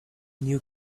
new